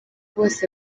bose